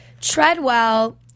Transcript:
Treadwell